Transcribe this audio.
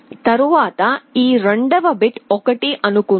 తరువాత ఈ రెండవ బిట్ 1 అని అనుకుందాం